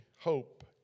hope